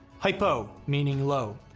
hypo meaning low.